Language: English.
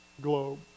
globe